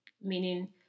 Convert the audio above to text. meaning